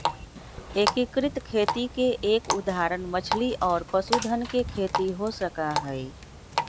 एकीकृत खेती के एक उदाहरण मछली और पशुधन के खेती हो सका हई